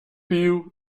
pił